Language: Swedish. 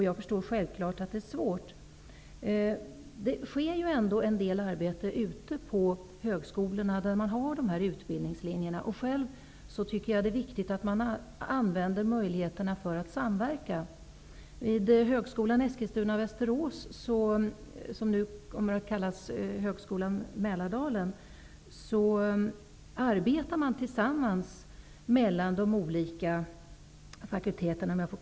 Jag förstår självfallet att det är svårt. Det sker ändå en del arbete ute på de högskolor där de här utbildningslinjerna finns. Jag tycker själv att det är viktigt att man använder möjligheterna att samverka. Vid Högskolan i Eskilstuna/Västerås, som nu kommer att kallas Högskolan i Mälardalen, arbetar man tillsammans mellan de olika fakulteterna.